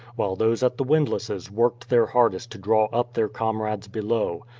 while those at the windlasses worked their hardest to draw up their comrades below.